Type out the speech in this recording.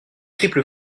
triple